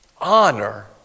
honor